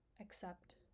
accept